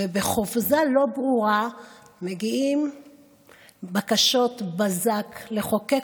ובחופזה לא ברורה מגיעות בקשות בזק לחוקק